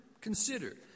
consider